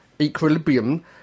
Equilibrium